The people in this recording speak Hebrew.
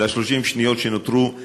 ל-30 השניות שנותרו: